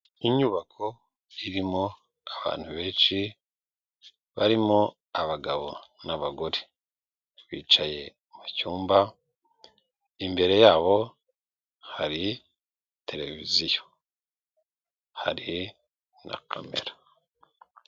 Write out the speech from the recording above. Inyubako irimo abantu benshi barimo abagabo n'abagore bicaye mu cyumba imbere y'abo hari televiziyo hari na camera.